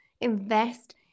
Invest